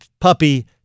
puppy